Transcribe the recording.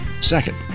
Second